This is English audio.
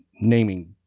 naming